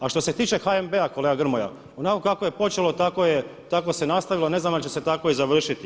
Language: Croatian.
A što se tiče HNB-a kolega Grmoja, onako kako je počelo, tako se nastavilo, ne znam je li će se tako i završiti.